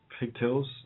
Pigtails